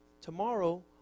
tomorrow